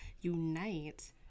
unite